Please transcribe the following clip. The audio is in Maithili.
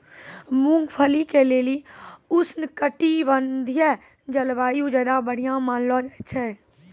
मूंगफली के लेली उष्णकटिबंधिय जलवायु ज्यादा बढ़िया मानलो जाय छै